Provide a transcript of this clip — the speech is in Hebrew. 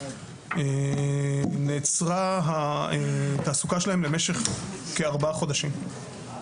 נעצרה התעסוקה שלהם למשך כארבעה חודשים.